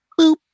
boop